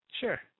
sure